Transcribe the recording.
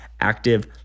active